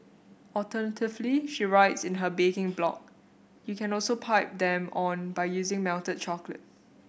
alternatively she writes in her baking blog you can also pipe them on by using melted chocolate